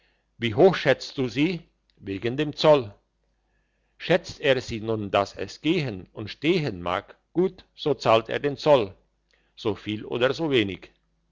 wie hoch schätzest du sie wegen dem zoll schätzt er sie nun dass es gehen und stehen mag gut so zahlt er den zoll so viel oder so wenig